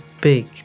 big